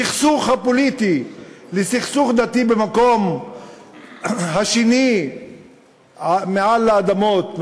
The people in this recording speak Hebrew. הסכסוך הפוליטי לסכסוך דתי במקום השני עלי אדמות,